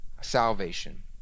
salvation